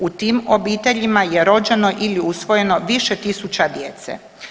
U tim obiteljima je rođeno ili usvojeno više tisuća djece.